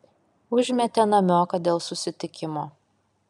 užmetė namioką dėl susitikimo